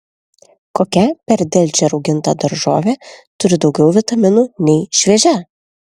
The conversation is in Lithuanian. kokia per delčią rauginta daržovė turi daugiau vitaminų nei šviežia